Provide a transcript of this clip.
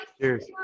Cheers